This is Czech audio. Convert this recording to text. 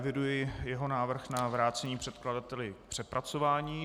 Eviduji jeho návrh na vrácení předkladateli k přepracování.